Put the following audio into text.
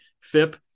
FIP